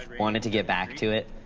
wanted to get back to it,